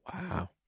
Wow